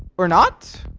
or not